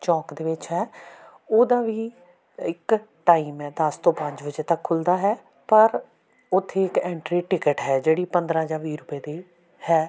ਚੌਂਕ ਦੇ ਵਿੱਚ ਹੈ ਉਹਦਾ ਵੀ ਇੱਕ ਟਾਈਮ ਹੈ ਦਸ ਤੋਂ ਪੰਜ ਵਜੇ ਤੱਕ ਖੁੱਲ੍ਹਦਾ ਹੈ ਪਰ ਉੱਥੇ ਇਕ ਐਂਟਰੀ ਟਿਕਟ ਹੈ ਜਿਹੜੀ ਪੰਦਰਾਂ ਜਾਂ ਵੀਹ ਰੁਪਏ ਦੀ ਹੈ